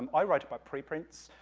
um i write about pre-prints,